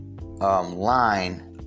line